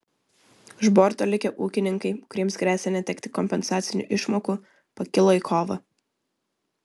už borto likę ūkininkai kuriems gresia netekti kompensacinių išmokų pakilo į kovą